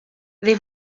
they